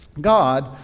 God